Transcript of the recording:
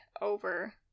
over